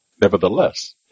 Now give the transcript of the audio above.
Nevertheless